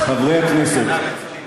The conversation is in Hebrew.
חברי הכנסת,